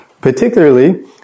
particularly